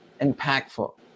impactful